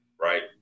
right